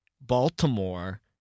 Baltimore